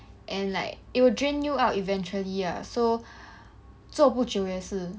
and like it would drain you out eventually lah so 做不久也是